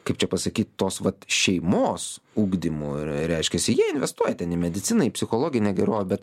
kaip čia pasakyt tos vat šeimos ugdymu reiškiasi jei investuoja ten į mediciną į psichologinę gerovę bet